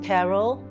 Carol